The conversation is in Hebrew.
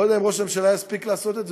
אני לא יודע אם ראש הממשלה יספיק לעשות את זה,